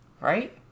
right